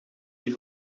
die